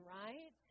right